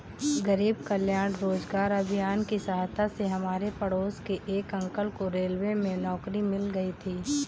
गरीब कल्याण रोजगार अभियान की सहायता से हमारे पड़ोस के एक अंकल को रेलवे में नौकरी मिल गई थी